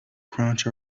crunch